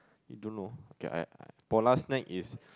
you don't know okay I I Polar snack is